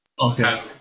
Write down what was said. Okay